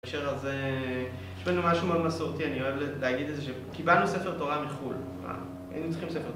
בהקשר הזה יש בנו משהו מאוד מסורתי, אני אוהב להגיד את זה, שקיבלנו ספר תורה מחו"ל, היינו צריכים ספר..